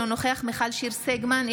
אינו נוכח מיכל שיר סגמן,